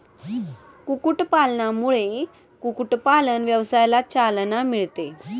कुक्कुटपालनामुळे कुक्कुटपालन व्यवसायाला चालना मिळते